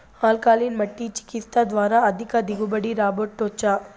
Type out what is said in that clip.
alkaline మట్టి చికిత్స ద్వారా అధిక దిగుబడి రాబట్టొచ్చా